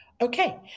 Okay